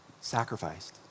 sacrificed